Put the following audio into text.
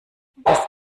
das